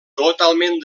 totalment